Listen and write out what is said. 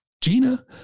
Gina